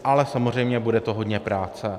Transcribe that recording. Ale samozřejmě bude to hodně práce.